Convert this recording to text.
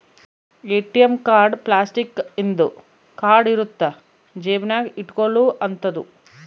ATM card plastic ಇಂದು card ಇರುತ್ತ ಜೇಬ ನಾಗ ಇಟ್ಕೊಲೊ ಅಂತದು